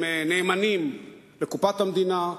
הם נאמנים לקופת המדינה,